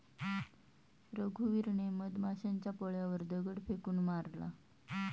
रघुवीरने मधमाशांच्या पोळ्यावर दगड फेकून मारला